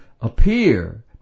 appear